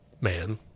man